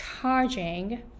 charging